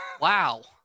Wow